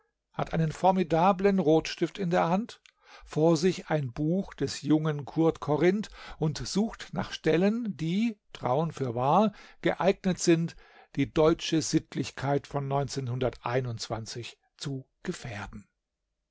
hat einen formidablen rotstift in der hand vor sich ein buch des jungen curt corrinth und sucht nach stellen die traun fürwahr geeignet sind die deutsche sittlichkeit von zu gefährden